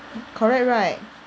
correct right